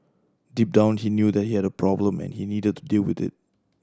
deep down he knew that he had a problem and he needed to deal with it